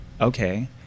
okay